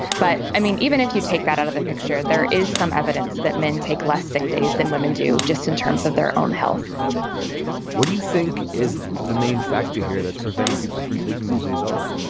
but i mean, even if you take that out of the picture, there is some evidence that men take less sick days than women do. just in terms of their own health what do you think is the main factor here that's preventing people from taking those days off?